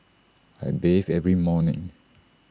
I bathe every morning